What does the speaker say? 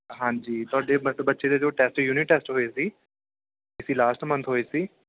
ਹਾਂਜੀ ਤੁਹਾਡੇ ਮਤਲਬ ਬੱਚੇ ਦੇ ਜੋ ਟੈਸਟ ਯੂਨਿਟ ਟੈਸਟ ਹੋਏ ਸੀ ਇਸੀ ਲਾਸਟ ਮੰਥ ਹੋਏ ਸੀ